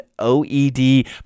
OED